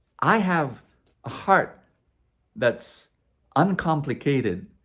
i have a heart that's uncomplicated,